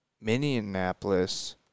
Minneapolis